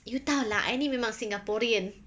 you tahu lah I ni memang singaporean